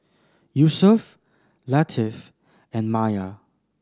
Yusuf Latif and Maya